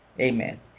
Amen